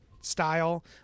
style